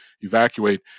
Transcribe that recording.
evacuate